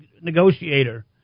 negotiator